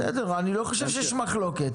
בסדר, אני לא חושב שיש מחלוקת